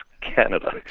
Canada